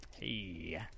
hey